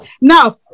Now